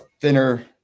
thinner